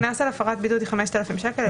קנס על הפרת בידוד היא 5,000 שקל,